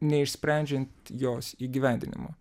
neišsprendžiant jos įgyvendinimo